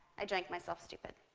i drank myself stupid.